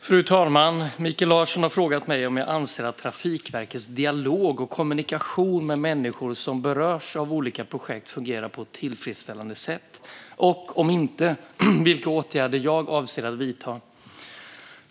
Fru talman! Mikael Larsson har frågat mig om jag anser att Trafikverkets dialog och kommunikation med människor som berörs av olika projekt fungerar på ett tillfredsställande sätt och, om inte, vilka åtgärder jag avser att vidta.